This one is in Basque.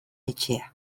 etxea